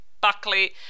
Buckley